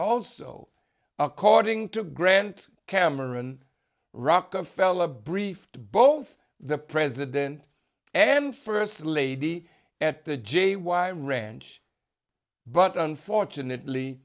also according to grant cameron rockefeller briefed both the president and first lady at the j y ranch but unfortunately